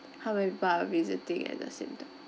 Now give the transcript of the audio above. how many people are visiting at the same time